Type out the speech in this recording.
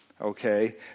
okay